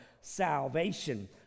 salvation